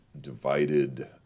divided